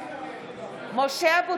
מזכירת הכנסת, בבקשה, נא לקרוא את השמות.